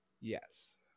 Yes